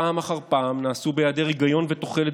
פעם אחר ,פעם נעשו בהיעדר היגיון ותוחלת